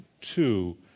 two